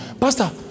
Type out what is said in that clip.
Pastor